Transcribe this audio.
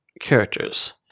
characters